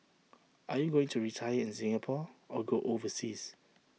are you going to retire in Singapore or go overseas